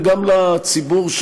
וגם לציבור,